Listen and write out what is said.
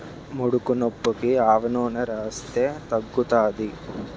ముడుకునొప్పికి ఆవనూనెని రాస్తే తగ్గుతాది